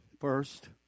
first